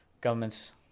governments